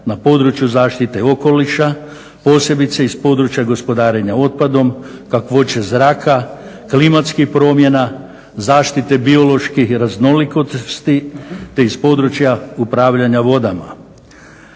na području zaštite okoliša posebice iz područja gospodarenja otpadom, kakvoće zraka, klimatskih promjena, zaštite bioloških raznolikosti, te iz područja upravljanja vodama.